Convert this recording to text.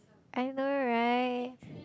I know right